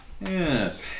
Yes